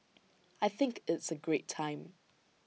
I think it's A great time